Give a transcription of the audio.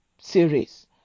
series